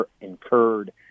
incurred